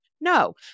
No